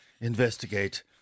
investigate